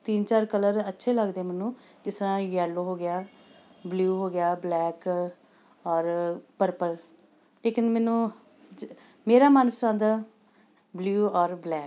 ਤਿੰਨ ਚਾਰ ਕਲਰ ਅੱਛੇ ਲੱਗਦੇ ਮੈਨੂੰ ਜਿਸ ਤਰ੍ਹਾਂ ਯੈਲੋ ਹੋ ਗਿਆ ਬਲਿਊ ਹੋ ਗਿਆ ਬਲੈਕ ਔਰ ਪਰਪਲ ਲੇਕਿਨ ਮੈਨੂੰ ਜ ਮੇਰਾ ਮਨਪਸੰਦ ਬਲਿਊ ਔਰ ਬਲੈਕ